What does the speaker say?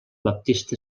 baptista